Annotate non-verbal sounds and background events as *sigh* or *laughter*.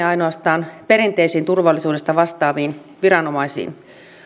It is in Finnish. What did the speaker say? *unintelligible* ainoastaan perinteisiin turvallisuudesta vastaaviin viranomaisiin